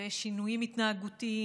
ויש שינויים התנהגותיים,